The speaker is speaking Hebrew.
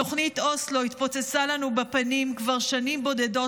תוכנית אוסלו התפוצצה לנו בפנים כבר שנים בודדות